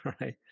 right